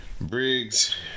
Briggs